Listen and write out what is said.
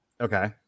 Okay